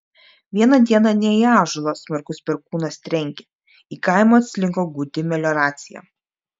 vieną dieną ne į ąžuolą smarkus perkūnas trenkė į kaimą atslinko gūdi melioracija